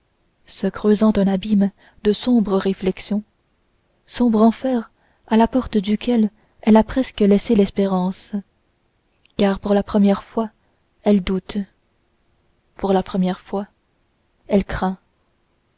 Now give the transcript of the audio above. se creusant un abîme de sombres réflexions sombre enfer à la porte duquel elle a presque laissé l'espérance car pour la première fois elle doute pour la première fois elle craint